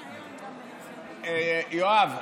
יואב,